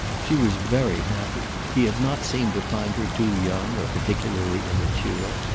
she was very happy. he had not seemed to find her too young or particularly immature.